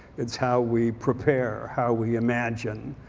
it's how we prepare, how we imagine,